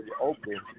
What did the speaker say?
open